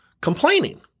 complaining